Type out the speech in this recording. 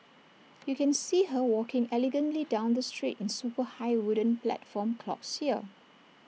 you can see her walking elegantly down the street in super high wooden platform clogs here